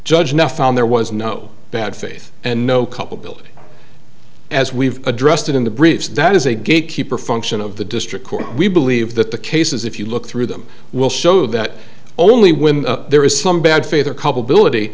judge now found there was no bad faith and no culpability as we've addressed in the briefs that is a gatekeeper function of the district court we believe that the cases if you look through them will show that only when there is some bad faith or culpability